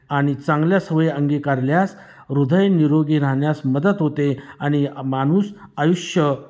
आणि चांगल्या सवयी अंगीकारल्यास हृदय निरोगी राहण्यास मदत होते आणि माणूस आयुष्य